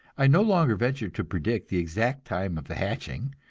i no longer venture to predict the exact time of the hatching,